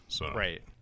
Right